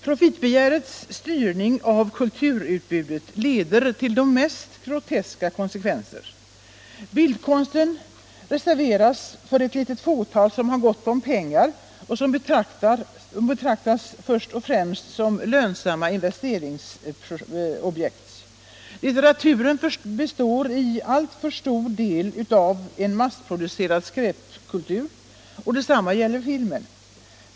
Profitbegärets styrning av kulturutbudet leder till de mest groteska konsekvenser: Bildkonsten reserveras för ett litet fåtal med gott om pengar och betraktas först och främst som lönsamma investeringsobjekt, litteraturen består till alltför stor del av massproducerad skräpkultur. Detsamma gäller filmen.